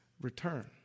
return